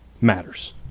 matters